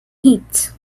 heat